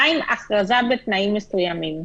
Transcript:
מה עם הכרזה בתנאים מסוימים?